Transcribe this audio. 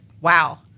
wow